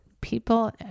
people